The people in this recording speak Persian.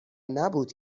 نبود